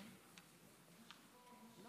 גברתי היושבת-ראש,